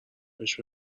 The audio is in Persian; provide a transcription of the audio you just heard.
بهش